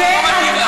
אבל לא מתאים לך.